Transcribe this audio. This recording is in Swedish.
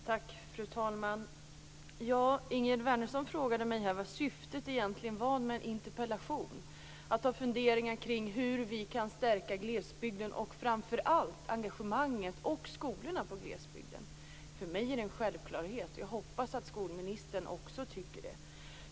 Fru talman! Ingegerd Wärnersson frågade mig vad syftet egentligen var med en interpellation om funderingar omkring hur vi kan stärka glesbygden och framför allt engagemanget och skolorna i glesbygden. För mig är detta en självklarhet, och jag hoppas att skolministern också tycker det.